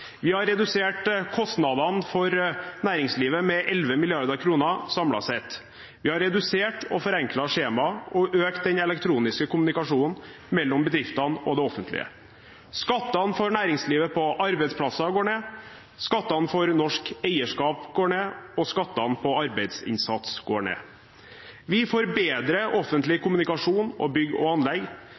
Vi har redusert kostnadene for næringslivet med 11 mrd. kr samlet sett. Vi har redusert og forenklet skjemaer og økt den elektroniske kommunikasjonen mellom bedriftene og det offentlige. Skattene for næringslivet på arbeidsplasser går ned, skattene for norsk eierskap går ned, og skattene på arbeidsinnsats går ned. Vi får bedre offentlig kommunikasjon og bygg og anlegg.